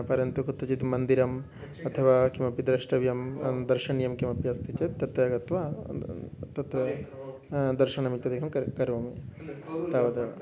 परन्तु कुत्रचित् मन्दिरम् अथवा किमपि द्रष्टव्यं दर्शनीयं किमपि अस्ति चेत् तत्र गत्वा तत् दर्शनमित्यादिकं करोमि तावदेव